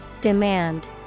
Demand